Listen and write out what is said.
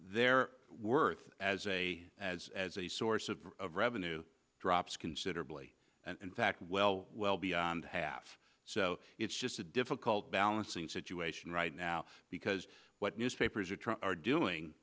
they're worth as a as as a source of revenue drops considerably and in fact well well beyond half so it's just a difficult balancing situation right now because what newspapers are trying are doing